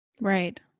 Right